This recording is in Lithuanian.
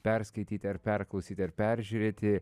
perskaityti ar perklausyti ar peržiūrėti